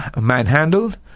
manhandled